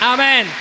Amen